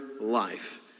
life